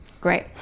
Great